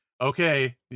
okay